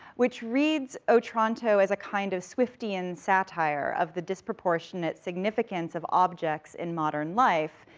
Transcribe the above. which reads otranto as a kind of swiftian satire of the disproportionate significance of objects in modern life,